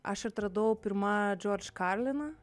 aš atradau pirma george karliną